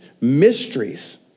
mysteries